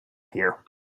here